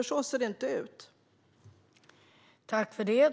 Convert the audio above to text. Så ser det inte ut nu.